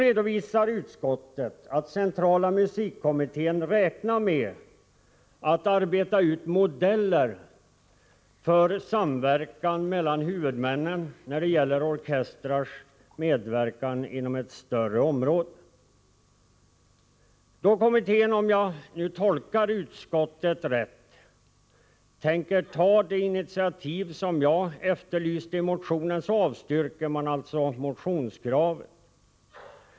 Enligt utskottet räknar centrala musikkommittén med att kunna utarbeta modeller för samverkan mellan huvudmännen när det gäller orkestrars medverkan ”inom ett större område”. Eftersom kommittén — om jag nu tolkat utskottet rätt — tänker ta det initiativ som jag efterlyser i min motion, avstyrker man mitt motionskrav.